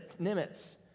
Nimitz